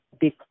big